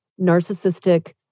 narcissistic